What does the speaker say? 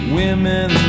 women